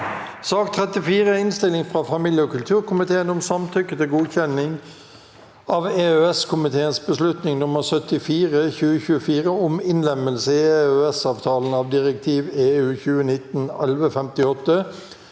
Innstilling fra familie- og kulturkomiteen om sam- tykke til godkjenning av EØS-komiteens beslutning nr. 74/2024 om innlemmelse i EØS-avtalen av direktiv (EU) 2019/1158